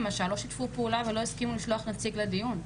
למשל לא שיתפו פעולה ולא הסכימו לשלוח נציג לדיון.